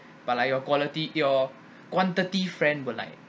but like your quality your quantity friend will like